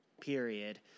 period